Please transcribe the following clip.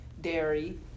dairy